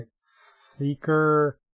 Seeker